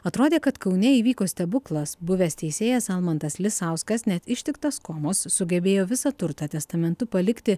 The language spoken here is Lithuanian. atrodė kad kaune įvyko stebuklas buvęs teisėjas almantas lisauskas net ištiktas komos sugebėjo visą turtą testamentu palikti